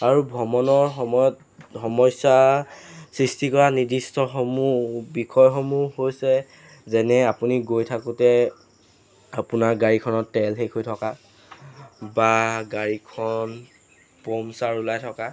আৰু ভ্ৰমণৰ সময়ত সমস্যা সৃষ্টি কৰা নিৰ্দিষ্টসমূহ বিষয়সমূহ হৈছে যেনে আপুনি গৈ থাকোঁতে আপোনাৰ গাড়ীখনত তেল শেষ হৈ থকা বা গাড়ীখন পামচাৰ ওলাই থকা